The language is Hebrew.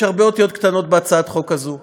יש הרבה אותיות קטנות בהצעת החוק הזאת.